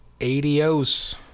Adios